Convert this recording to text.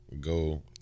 go